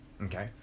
Okay